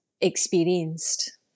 experienced